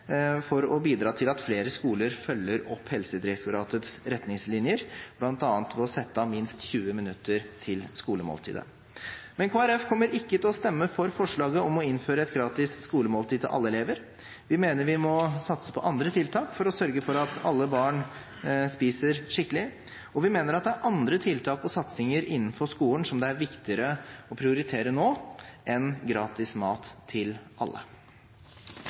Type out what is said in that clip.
for å bidra til at flere skoler følger opp Helsedirektoratets retningslinjer, bl.a. ved å sette av minst 20 minutter til skolemåltid. Men Kristelig Folkeparti kommer ikke til å stemme for forslaget om å innføre et gratis skolemåltid til alle elever. Vi mener vi må satse på andre tiltak for å sørge for at alle barn spiser skikkelig, og vi mener det er andre tiltak og satsinger innenfor skolen som det er viktigere å prioritere nå enn gratis mat til alle.